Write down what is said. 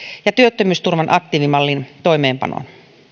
ja työttömyysturvan aktiivimallin toimeenpanoon